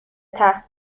تخت